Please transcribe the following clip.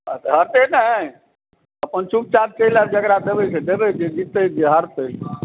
आ हेतै नहि अपन चुपचाप चलि आएब जकरा देबै से देबै जे जीततै जे हारतै